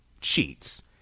cheats